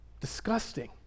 Disgusting